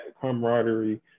camaraderie